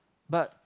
but